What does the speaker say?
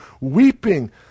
weeping